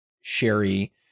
Sherry